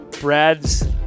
Brad's